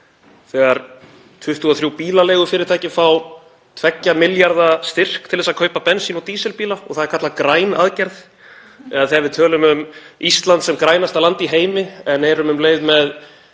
þegar 23 bílaleigufyrirtæki fá 2 milljarða styrk til að kaupa bensín- og dísilbíla og það er kallað græn aðgerð eða þegar við tölum um Ísland sem grænasta land í heimi en erum um leið með